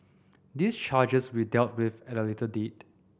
these charges will dealt with at a later date